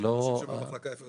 איפה ישימו את האנשים במחלקה?